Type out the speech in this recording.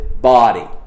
body